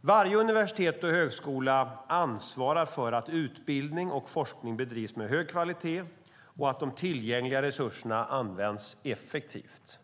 Varje universitet och högskola ansvarar för att utbildning och forskning bedrivs med hög kvalitet och att de tillgängliga resurserna används effektivt.